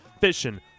fishing